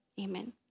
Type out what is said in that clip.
amen